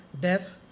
Death